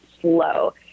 Slow